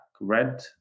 red